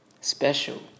special